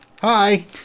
hi